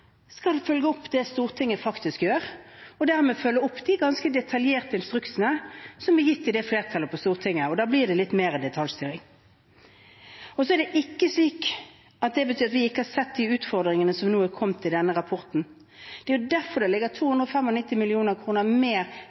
skal følge opp det Stortinget faktisk vedtar, og dermed følge opp de ganske detaljerte instruksene som er gitt av flertallet på Stortinget. Da blir det litt mer detaljstyring. Det betyr ikke at vi ikke har sett utfordringene som nå er kommet i denne rapporten. Det er jo derfor det ligger 295 mill. kr mer til frie inntekter ute i distriktene i budsjettet i høst, og